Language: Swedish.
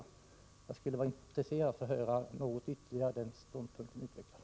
Det skulle vara intressant om utbildningsministern utvecklade detta litet mer.